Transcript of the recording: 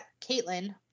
Caitlin